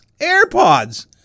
Airpods